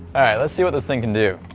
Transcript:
alright, let's see what this thing can do!